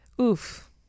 Oof